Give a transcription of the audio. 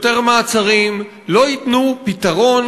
יותר מעצרים לא ייתנו פתרון,